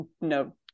no